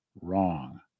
Wrong